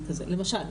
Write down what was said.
מכזה, למשל.